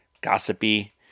gossipy